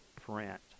print